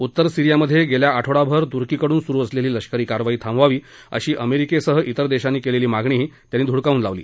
उत्तर सीरियामधे गेला आठवडाभर तुर्कीकडून सुरु असलेली लष्करी कारवाई थांबवावी अशी अमेरिकेसह इतर देशांनी केलेली मागणीही त्यांनी धुडकावून लावली